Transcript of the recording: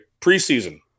preseason